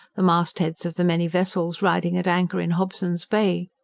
the mastheads of the many vessels riding at anchor in hobson's bay.